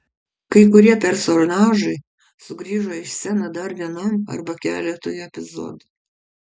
kai kurie personažai sugrįžo į sceną dar vienam arba keletui epizodų